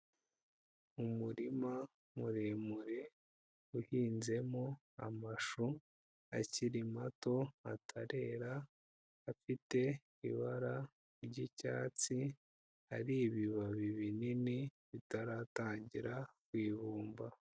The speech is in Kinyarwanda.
Umurima muremure uhinzemo amashu akiri mato, atarera, afite ibara ry'icyatsi, ari ibibabi binini bitaratangira kwibumba.